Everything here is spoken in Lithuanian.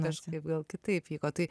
kažkaip gal kitaip vyko tai